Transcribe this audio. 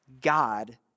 God